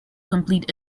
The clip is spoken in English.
complete